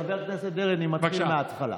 חבר הכנסת דרעי, אני מתחיל מהתחלה.